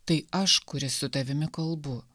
tai aš kuris su tavimi kalbu